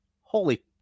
Holy